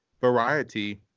variety